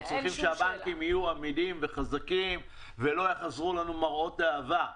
אנחנו צריכים שהבנקים יהיו אמידים וחזקים כדי שלא יחזרו לנו מראות העבר.